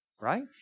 right